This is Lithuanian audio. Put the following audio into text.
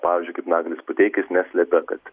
pavyzdžiui kaip naglis puteikis neslėpia kad